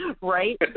right